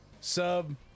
Sub